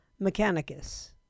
Mechanicus